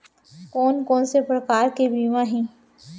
कोन कोन से प्रकार के बीमा हे?